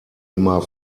immer